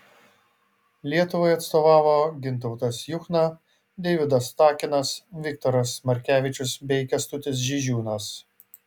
lietuvai atstovavo gintautas juchna deividas takinas viktoras markevičius bei kęstutis žižiūnas